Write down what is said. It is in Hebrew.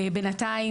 בינתיים,